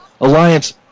Alliance